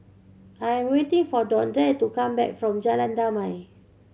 I am waiting for Dondre to come back from Jalan Damai